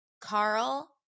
Carl